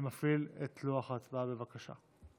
אני מפעיל את לוח ההצבעה, בבקשה.